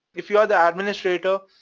if you're the administrator,